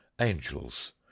angels